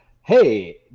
hey